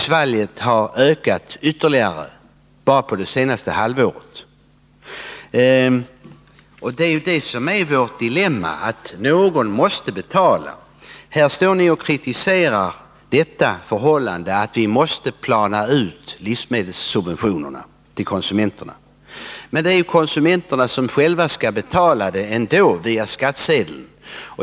Svalget har ökat ytterligare bara på det senaste halvåret. Det är detta som är vårt dilemma: någon måste betala. Här kritiserar ni det förhållandet att vi måste plana ut livsmedelssubventionerna till konsument erna. Men det är ju ändå konsumenterna som får betala kostnaderna via Nr 45 skattsedeln.